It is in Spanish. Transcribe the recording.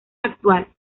actual